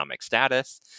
status